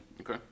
Okay